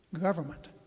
government